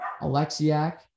Alexiak